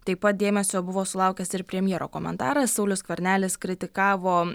taip pat dėmesio buvo sulaukęs ir premjero komentaras saulius skvernelis kritikavo